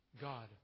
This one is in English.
God